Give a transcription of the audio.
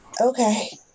Okay